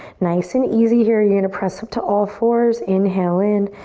nice and easy here, you're gonna press up to all fours. inhale in,